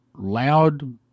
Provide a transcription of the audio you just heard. loud